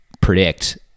predict